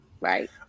Right